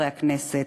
חברי הכנסת,